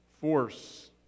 force